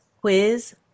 quiz